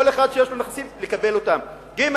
כל אחד שיש לו נכסים, לקבל אותם, ג.